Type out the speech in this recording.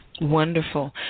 Wonderful